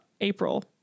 April